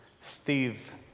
Steve